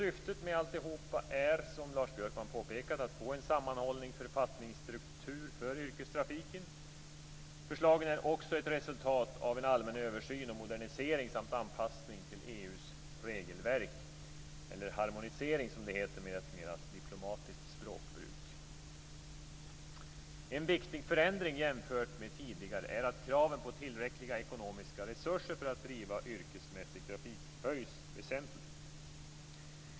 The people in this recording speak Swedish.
Syftet med alltihop är, som Lars Björkman påpekade, att få en sammanhållen författningsstruktur för yrkestrafiken. Förslagen är också ett resultat av en allmän översyn och modernisering samt anpassning, eller harmonisering som det heter med ett mer diplomatiskt språkbruk, till En viktig förändring jämfört med tidigare är att kraven på tillräckliga ekonomiska resurser för att driva yrkesmässig trafik höjs väsentligt.